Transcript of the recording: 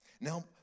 Now